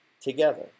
together